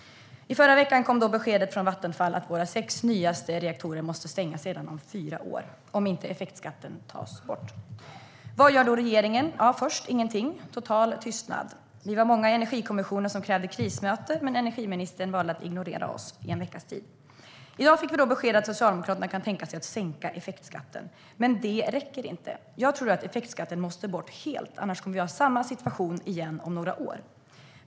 I förra veckan kom beskedet från Vattenfall att våra sex nyaste reaktorer måste stängas redan om fyra år om inte effektskatten tas bort. Vad gör då regeringen? Ja, först gör man ingenting. Det är total tystnad. Vi var många i Energikommissionen som krävde krismöte, men energiministern valde att ignorera oss i en veckas tid. I dag fick vi besked om att Socialdemokraterna kan tänka sig att sänka effektskatten, men det räcker inte. Jag tror att effektskatten måste bort helt. Annars kommer vi att ha samma situation igen om några år.